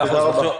תודה רבה.